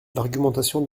l’argumentation